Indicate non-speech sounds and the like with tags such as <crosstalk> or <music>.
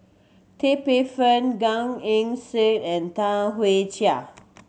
Tan Paey Fern Gan Eng Seng and Tam <unintelligible> Jia